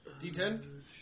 D10